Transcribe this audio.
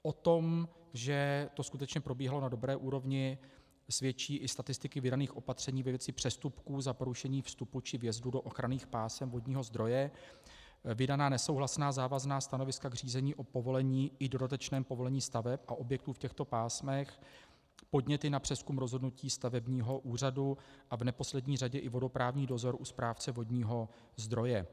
O tom, že to skutečně probíhalo na dobré úrovni, svědčí i statistiky vydaných opatření ve věci přestupků za porušení vstupu či vjezdu do ochranných pásem vodního zdroje, vydaná nesouhlasná závazná stanoviska k řízení o povolení i dodatečném povolení staveb a objektů v těchto pásmech, podněty na přezkum rozhodnutí stavebního úřadu a v neposlední řadě i vodoprávní dozor u správce vodního zdroje.